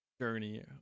journey